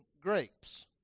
grapes